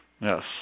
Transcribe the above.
yes